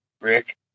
Rick